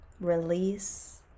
release